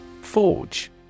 Forge